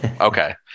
Okay